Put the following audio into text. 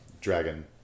dragon